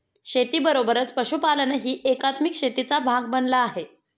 शेतीबरोबरच पशुपालनही एकात्मिक शेतीचा भाग बनला आहे